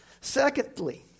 Secondly